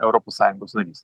europos sąjungos narys